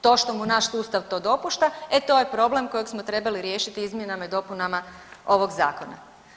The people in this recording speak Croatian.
To što mu naš sustav to dopušta e to je problem kojeg smo trebali riješiti izmjenama i dopunama ovog zakona.